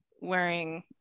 wearing